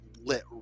lit